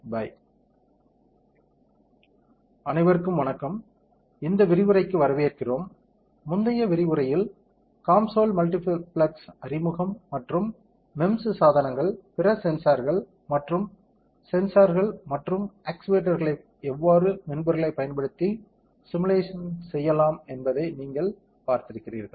by அனைவருக்கும் வணக்கம் இந்த விரிவுரைக்கு வரவேற்கிறோம் முந்தைய விரிவுரையில் COMSOL மல்டிபிசிக்ஸ் அறிமுகம் மற்றும் MEMS சாதனங்கள் பிற சென்சார்கள் மற்றும் சென்சார்கள் மற்றும் ஆக்சுவேட்டர்களை எவ்வாறு மென்பொருளைப் பயன்படுத்தி சிமுலேஷன்ஸ் செய்யலாம் என்பதை நீங்கள் பார்த்திருக்கிறீர்கள்